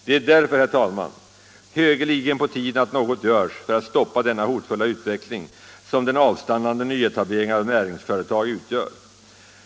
Det är därför, herr talman, högeligen på tiden att något görs för att stoppa den hotfulla utveckling som den avstannande nyetableringen av näringsföretag utgör.